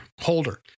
holder